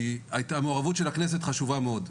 כי המעורבות של הכנסת חשובה מאוד.